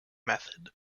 method